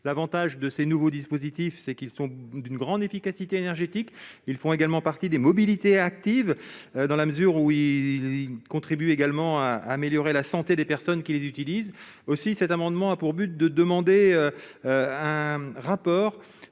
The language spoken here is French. L'avantage de ces nouveaux dispositifs est qu'ils sont d'une grande efficacité énergétique ; ils font en outre partie des mobilités actives et contribuent de ce fait à améliorer la santé des personnes qui les utilisent. Aussi cet amendement a-t-il pour objet de demander un rapport